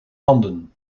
handen